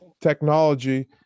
technology